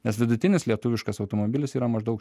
nes vidutinis lietuviškas automobilis yra maždaug